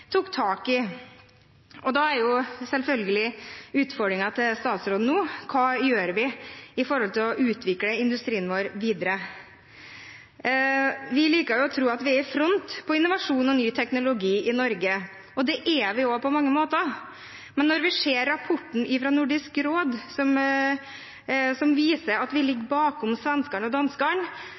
jo selvfølgelig utfordringen til statsråden nå hva vi gjør når vi skal utvikle industrien vår videre. Vi liker å tro at vi er i front på innovasjon og ny teknologi i Norge, og det er vi også på mange måter. Men når vi ser rapporten fra Nordisk råd, som viser at vi ligger bakom svenskene og danskene